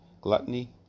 gluttony